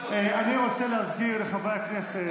אני רוצה להזכיר לחברי הכנסת,